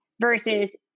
Versus